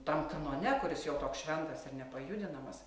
tam kanone kuris jau toks šventas ir nepajudinamas